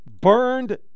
burned